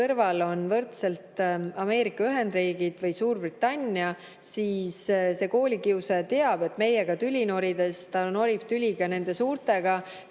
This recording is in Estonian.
kõrval on võrdselt Ameerika Ühendriigid või Suurbritannia, siis see koolikiusaja teab, et meiega tüli norides ta norib tüli ka nende suurtega,